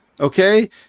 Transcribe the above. okay